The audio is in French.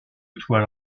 toile